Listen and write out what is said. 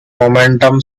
momentum